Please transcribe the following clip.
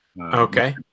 okay